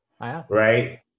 right